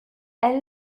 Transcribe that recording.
elle